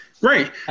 Right